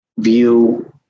view